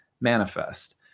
manifest